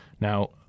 Now